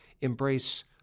embrace